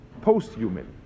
post-human